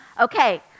Okay